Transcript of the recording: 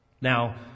Now